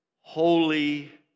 holy